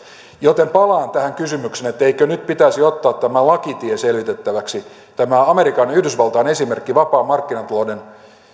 joten palaan tähän kysymykseen eikö nyt pitäisi ottaa tämä lakitie selvitettäväksi tämä amerikan yhdysvaltain vapaan markkinatalouden esimerkki